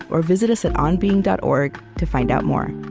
or visit us at onbeing dot org to find out more